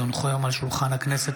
כי הונחו היום על שולחן הכנסת,